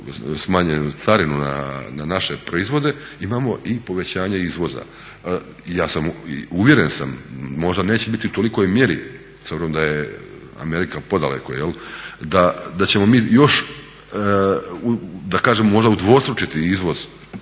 smanjenu carinu na naše proizvode imamo i povećanje izvoza. Uvjeren sam, možda neće biti u tolikoj mjeri s obzirom da je Amerika podaleko, da ćemo mi još da kažem možda udvostručiti izvoz